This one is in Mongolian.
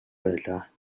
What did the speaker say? байлаа